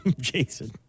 Jason